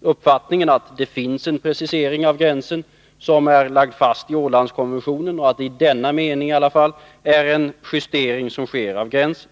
uppfattningen att det finns en precisering av gränsen som är fastlagd i Ålandskonventionen och att det i alla fall i denna mening är en justering som sker av gränsen.